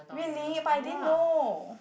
really but I didn't know